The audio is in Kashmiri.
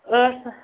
ٲٹھ ساس